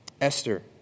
Esther